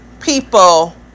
people